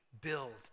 build